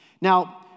Now